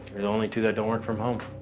you're the only two that don't work from home